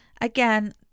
Again